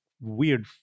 weird